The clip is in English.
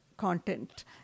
content